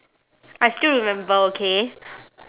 I still remember okay